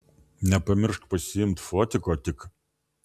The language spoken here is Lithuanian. nepamiršk pasiimt fotiko tik